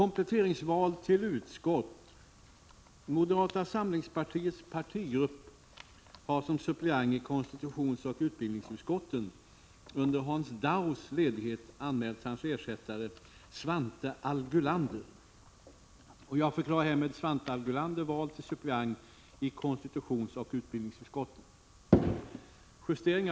Moderata samlingspartiets partigrupp har som suppleant i konstitutionsoch utbildningsutskotten under Hans Daus ledighet anmält hans ersättare Svante Allgulander.